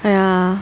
!aiya!